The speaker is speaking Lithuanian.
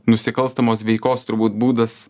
nusikalstamos veikos turbūt būdas